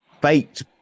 baked